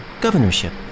governorship